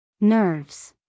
Nerves